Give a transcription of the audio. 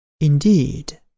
Indeed